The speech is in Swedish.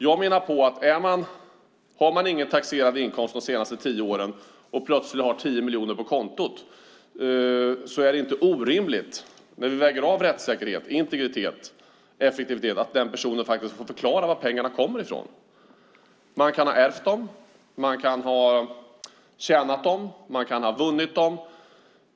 Jag menar att har man inte haft någon taxerad inkomst de senaste tio åren och plötsligt har 10 miljoner på kontot är det inte orimligt, när vi väger av rättssäkerhet, integritet och effektivitet, att den personen faktiskt får förklara var pengarna kommer ifrån. Man kan ha ärvt dem, man kan ha tjänat dem eller man kan ha vunnit dem.